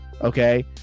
okay